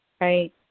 right